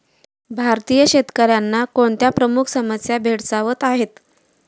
भारतीय शेतकऱ्यांना कोणत्या प्रमुख समस्या भेडसावत आहेत?